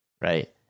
right